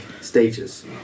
stages